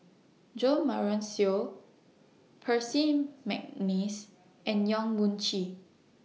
Jo Marion Seow Percy Mcneice and Yong Mun Chee